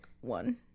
one